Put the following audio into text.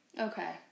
Okay